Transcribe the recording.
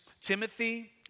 Timothy